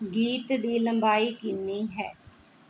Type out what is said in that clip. ਗੀਤ ਦੀ ਲੰਬਾਈ ਕਿੰਨੀ ਹੈ